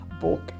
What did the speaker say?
book